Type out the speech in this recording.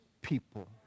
people